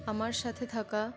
আমার সাথে থাকা